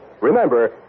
Remember